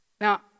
Now